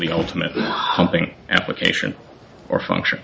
the ultimate humping application or function